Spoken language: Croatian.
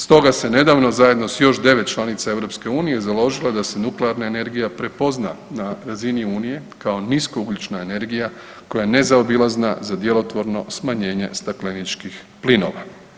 Stoga se nedavno zajedno s još 9 članica EU-a založila da se nuklearna energija prepozna na razini Unije kao niskougljična energija koja je nezaobilazna za djelotvorno smanjenje stakleničkih plinova.